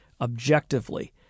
objectively